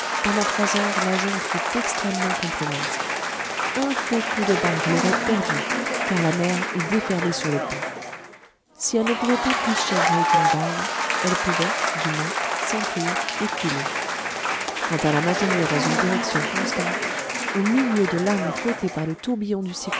pendant trois heures la jonque fut extrêmement compromise un faux coup de barre l'aurait perdue car la mer eût déferlé sur le pont si elle ne pouvait pas plus chavirer qu'une baille elle pouvait du moins s'emplir et couler quant à la maintenir dans une direction constante au milieu de lames fouettées par le tourbillon du